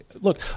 look